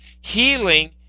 healing